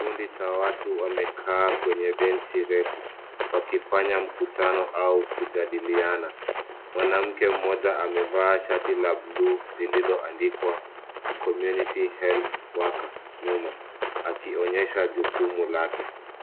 Kundi cha watu wamekaa kwenye benchi refu, wakifanya mkutano au wakijadiliana. Mwanamke mmoja amevaa shati la buluu lililoandikwa Community Child Worker mgongoni, ikionyesha jukumu lake.